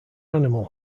animal